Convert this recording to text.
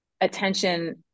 attention